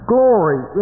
Glory